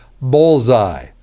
Bullseye